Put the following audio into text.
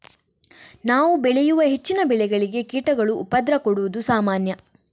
ನಾವು ಬೆಳೆಯುವ ಹೆಚ್ಚಿನ ಬೆಳೆಗಳಿಗೆ ಕೀಟಗಳು ಉಪದ್ರ ಕೊಡುದು ಸಾಮಾನ್ಯ